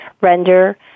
render